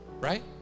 Right